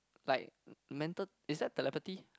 like mental is that telepathy